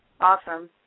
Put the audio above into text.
Awesome